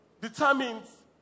determines